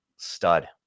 stud